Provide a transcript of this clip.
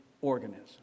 organism